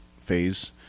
phase